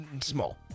Small